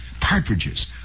Partridges